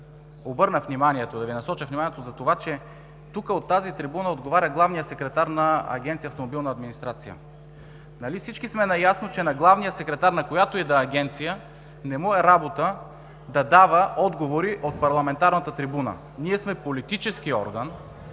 колеги, искам да Ви насоча вниманието за това, че от тази трибуна отговаря главният секретар на Агенция „Автомобилна администрация“. Нали всички сме наясно, че на главния секретар, на която и да е агенция, не му е работа да дава отговори от парламентарната трибуна. Ние сме политически орган.